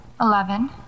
eleven